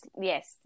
yes